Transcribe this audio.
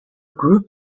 group